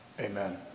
Amen